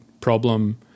problem